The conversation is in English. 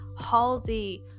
halsey